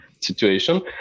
situation